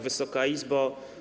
Wysoka Izbo!